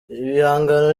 ibihangano